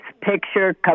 picture